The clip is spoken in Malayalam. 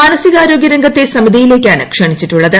മാനസികാരോഗ്യ രംഗത്തെ സമിതിയിലേക്കാണ് ക്ഷണിച്ചിട്ടുള്ളത്